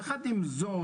יחד עם זאת,